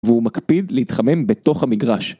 והוא מקפיד להתחמם בתוך המגרש.